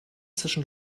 zwischen